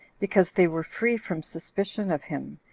because they were free from suspicion of him,